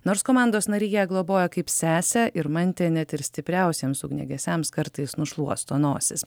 nors komandos nariai ją globoja kaip sesę irmantė net ir stipriausiems ugniagesiams kartais nušluosto nosis